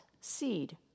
seed